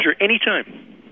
Anytime